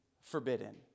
forbidden